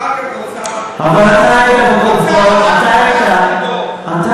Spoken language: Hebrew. אחר כך האוצר, אבל אתה היית, אתה